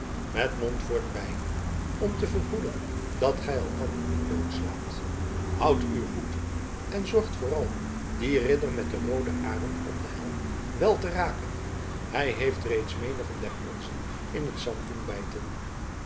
met montfoort bij u om te verhoeden dat gij elkander niet doodslaat houdt u goed en zorgt vooral dien ridder met den rooden arend op den helmkam wel te raken hij heeft reeds menigen der onzen in het zand doen bijten